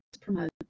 promote